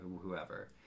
whoever